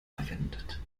verwendet